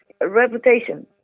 reputation